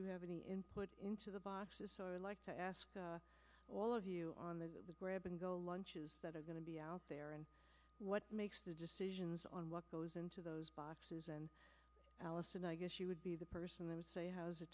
you have any input into the boxes so i like to ask all of you on the grab and go lunches that are going to be out there and what makes the decisions on what goes into those boxes and allison i guess you would be the person that would say how